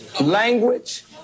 language